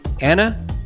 Anna